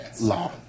law